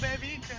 baby